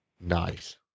Nice